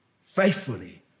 faithfully